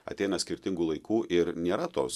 ateina skirtingu laiku ir nėra tos